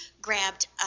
grabbed